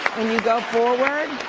when you go forward.